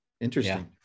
Interesting